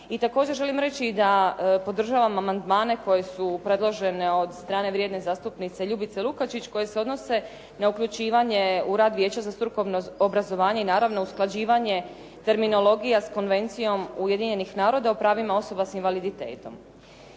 I također želim reći da podržavam amandmane koji su predloženi od strane vrijedne zastupnice Ljubice Lukačić koji se odnose na uključivanje u rad Vijeća za strukovno obrazovanje i naravno usklađivanje terminologija s Konvencijom Ujedinjenih naroda o pravima osoba s invaliditetom.